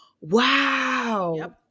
wow